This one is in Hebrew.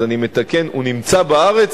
אני מתקן: הוא נמצא בארץ,